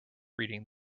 reading